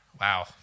Wow